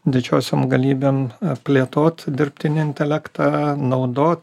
didžiosiom galybėm plėtot dirbtinį intelektą naudo